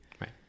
Right